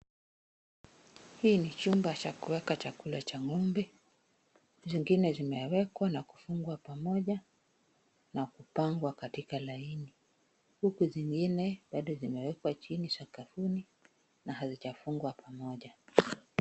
Hii ni chumba cha kuweka chakula cha ng'ombe, zingine zimewekwa na kufungwa pamoja na kupangwa katika laini, huku zingine zimewekwa sakafuni na hajijafungwa pamoja.